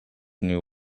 new